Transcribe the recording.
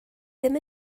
ddim